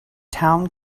town